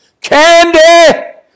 candy